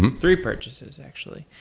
and three purchases actually.